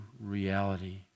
reality